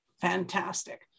Fantastic